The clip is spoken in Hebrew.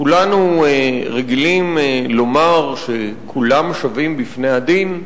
כולנו רגילים לומר שכולם שווים בפני הדין.